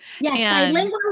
Yes